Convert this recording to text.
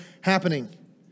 happening